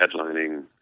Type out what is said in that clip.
headlining